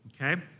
okay